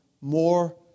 more